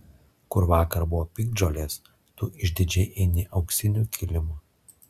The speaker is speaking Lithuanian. kur vakar buvo piktžolės tu išdidžiai eini auksiniu kilimu